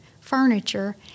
furniture